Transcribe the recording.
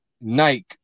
Nike